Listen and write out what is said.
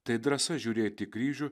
tai drąsa žiūrėti į kryžių